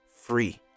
free